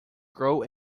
grow